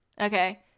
okay